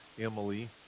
emily